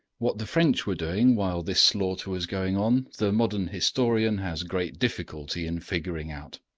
what the french were doing while this slaughter was going on the modern historian has great difficulty in figuring out.